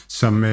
som